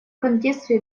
контексте